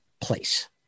place